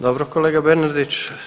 Dobro kolega Bernardić.